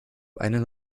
einen